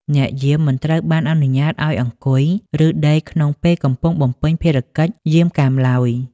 អ្នកយាមមិនត្រូវបានអនុញ្ញាតឱ្យអង្គុយ ឬដេកក្នុងពេលកំពុងបំពេញភារកិច្ចយាមកាមឡើយ។